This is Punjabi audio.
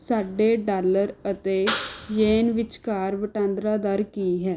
ਸਾਡੇ ਡਾਲਰ ਅਤੇ ਯੇਨ ਵਿਚਕਾਰ ਵਟਾਂਦਰਾ ਦਰ ਕੀ ਹੈ